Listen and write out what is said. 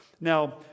Now